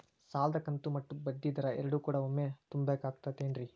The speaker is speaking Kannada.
ಸಾಲದ ಕಂತು ಮತ್ತ ಬಡ್ಡಿ ಎರಡು ಕೂಡ ಒಮ್ಮೆ ತುಂಬ ಬೇಕಾಗ್ ತೈತೇನ್ರಿ?